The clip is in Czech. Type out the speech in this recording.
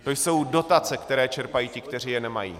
To jsou dotace, které čerpají ti, kteří je nemají.